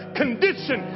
condition